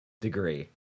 degree